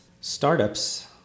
startups